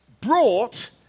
brought